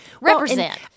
Represent